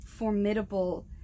Formidable